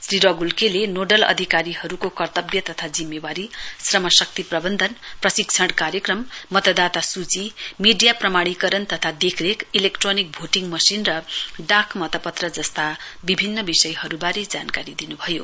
श्री रगुल के ले नोडल अधिकारीहरूको कर्तव्य तथा जिम्मेवारी श्रमशक्ति प्रबन्धन प्रशिक्षण कार्यक्रम मतदाता सूची भीडीया प्रभाणीकरण तथा देखरेख इलेक्ट्रोनिक भोटिङ मशिन र डाक मतपत्र जस्ता विभिन्न वषयहरूबारे जानकारी दिनुभयो